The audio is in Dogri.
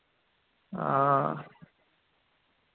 हां